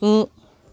गु